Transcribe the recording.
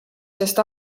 sest